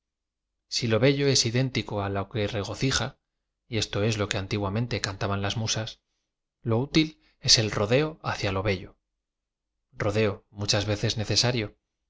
si lo bello es idéntico á lo que regocija y esto es lo que antiguamente cantaban las musas lo útil es el to deo hacia lo helloy rodeo muchas veces necesario